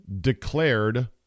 declared